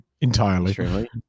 entirely